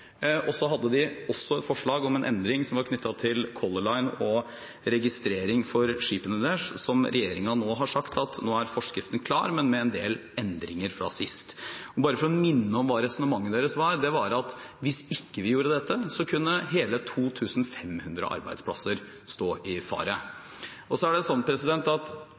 De hadde også et forslag om en endring som var knyttet til Color Line og registrering av skipene deres, og der har regjeringen nå sagt at forskriften klar, men med en del endringer fra sist. Jeg vil bare få minne om hva resonnementet deres var. Det var at hvis vi ikke gjorde dette, kunne hele 2 500 arbeidsplasser stå i fare. Næringsdepartementet går ikke inn og